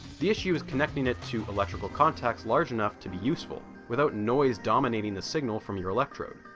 the issue is connecting it to electrical contacts large enough to be useful without noise dominating the signal from your electrode.